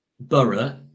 borough